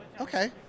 Okay